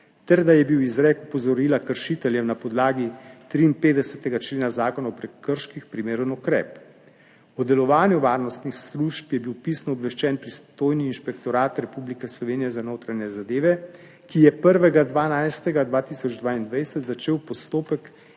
da je bil izrek opozorila kršiteljem na podlagi 53. člena Zakona o prekrških primeren ukrep. O delovanju varnostnih služb je bil pisno obveščen pristojni Inšpektorat Republike Slovenije za notranje zadeve, ki je 1. 12. 2022 začel postopek